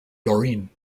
doreen